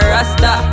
Rasta